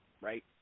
right